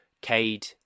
Cade